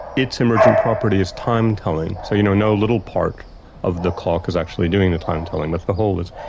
its emergent property is time-telling, so you know no little part of the clock is actually doing the time-telling, but the whole is.